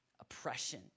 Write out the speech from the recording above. oppression